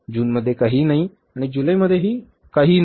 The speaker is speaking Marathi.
जूनमध्ये काहीही नाही आणि जुलैमध्ये काहीही नाही